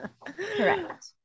Correct